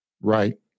right